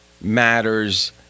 matters